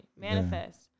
Manifest